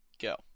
go